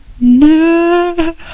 no